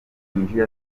winjiye